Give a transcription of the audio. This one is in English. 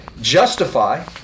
justify